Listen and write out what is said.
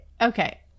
okay